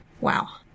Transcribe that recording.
Wow